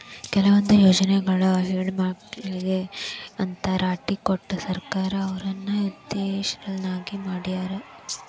ಕೆಲವೊಂದ್ ಯೊಜ್ನಿಯೊಳಗ ಹೆಣ್ಮಕ್ಳಿಗೆ ಅಂತ್ ರಾಟಿ ಕೊಟ್ಟು ಸರ್ಕಾರ ಅವ್ರನ್ನ ಉದ್ಯಮಶೇಲ್ರನ್ನಾಗಿ ಮಾಡ್ಯಾರ